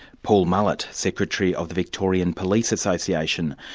paul mullett, secretary of the victorian police association,